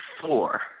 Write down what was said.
four